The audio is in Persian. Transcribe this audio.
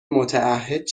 متعهد